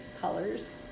colors